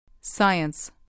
Science